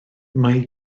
mae